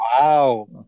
Wow